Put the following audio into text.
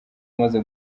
umaze